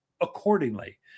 accordingly